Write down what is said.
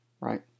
right